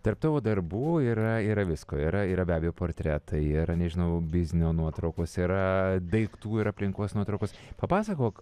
tarp tavo darbų yra yra visko yra yra be abejo portretai yra nežinau biznio nuotraukos yra daiktų ir aplinkos nuotraukos papasakok